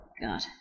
God